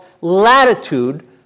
latitude